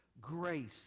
grace